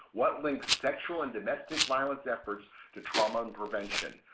what links sexual and domestic violence efforts to trauma prevention?